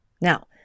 Now